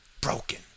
broken